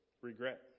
regret